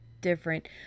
different